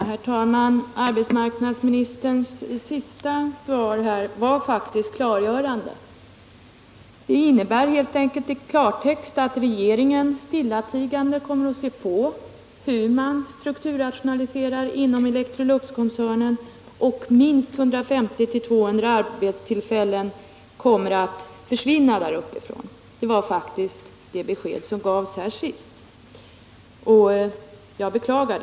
Herr talman! Arbetsmarknadsministerns senaste inlägg var faktiskt klargörande. Det innebär helt enkelt i klartext att regeringen stillatigande kommer att se på hur man strukturrationaliserar inom Electroluxkoncernen, varvid minst 150-200 arbetstillfällen kommer att försvinna där uppe. Det var faktiskt det besked som arbetsmarknadsministern gav, vilket jag beklagar.